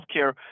healthcare